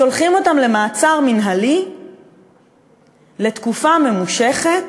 עליהם, שולחים אותם למעצר מינהלי לתקופה ממושכת.